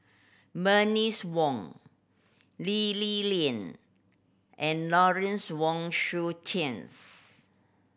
Bernice Wong Lee Li Lian and Lawrence Wong Shyun